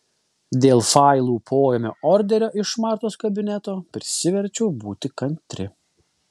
dėl failų poėmio orderio iš martos kabineto prisiverčiau būti kantri